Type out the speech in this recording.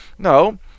No